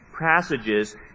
passages